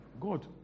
God